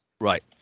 Right